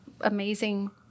amazing